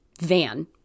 Van